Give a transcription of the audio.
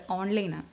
online